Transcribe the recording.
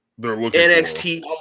NXT